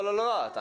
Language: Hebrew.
לא את,